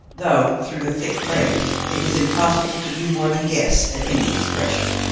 though through the thick crape it was impossible to do more than guess at any expression.